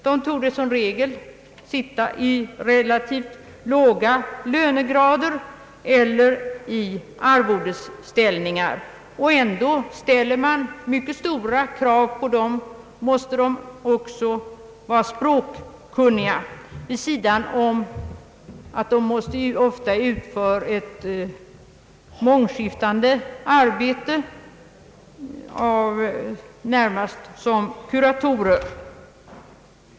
De torde som regel vara placerade i relativt låga lönegrader eller i arvodesställning. Och ändå ställer man mycket stora krav på dessa tjänstemän. De måste också vara språkkunniga — utöver att de måste utföra ett ofta mycket mångskiftande arbete, närmast som kuratorer.